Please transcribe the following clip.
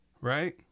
right